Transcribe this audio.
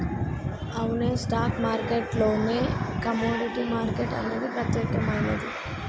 అవునే stock market లోనే commodity market అనేది ప్రత్యేకమైనది